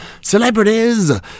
celebrities